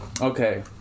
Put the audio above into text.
Okay